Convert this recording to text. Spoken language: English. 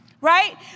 Right